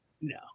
No